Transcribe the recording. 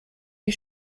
wie